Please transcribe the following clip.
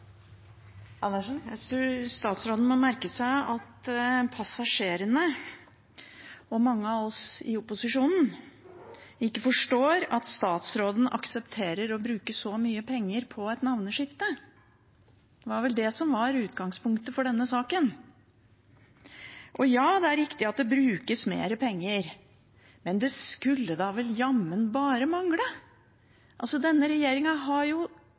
Jeg synes statsråden må merke seg at passasjerene og mange av oss i opposisjonen ikke forstår at statsråden aksepterer å bruke så mye penger på et navneskifte. Det var vel det som var utgangspunktet for denne saken. Ja, det er riktig at det brukes mer penger, men det skulle da jammen bare mangle. Denne regjeringen har jo